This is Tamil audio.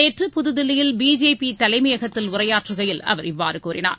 நேற்று புதுதில்லியில் பிஜேபி தலைமையகத்தில் உரையாற்றுகையில் அவர் இவ்வாறு கூறினார்